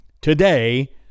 today